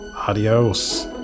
Adios